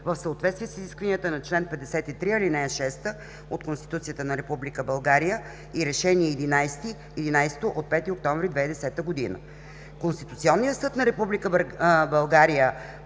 в съответствие с изискванията на чл. 53, ал. 6 от Конституцията на Република България и Решение № 11 от 5 октомври 2010 г. Конституционният съд на Република България